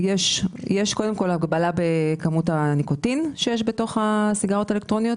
יש הגבלה בכמות הניקוטין שיש בתוך הסיגריות האלקטרוניות,